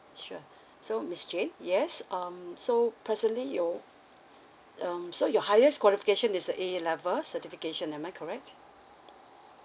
sure so miss jane yes um so personally you um so your highest qualification is the A level certification am I correct